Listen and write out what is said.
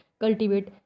cultivate